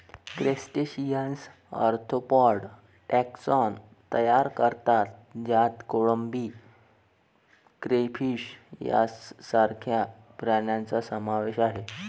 crustaceans arthropod taxon तयार करतात ज्यात कोळंबी, क्रेफिश सारख्या प्राण्यांचा समावेश आहे